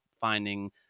finding